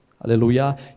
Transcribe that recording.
Hallelujah